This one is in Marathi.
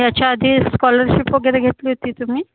याच्या आधी स्कॉलरशिप वगैरे घेतली होती तुम्ही